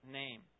name